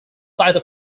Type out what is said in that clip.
society